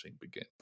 begin